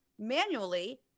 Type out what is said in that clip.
manually